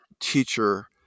teacher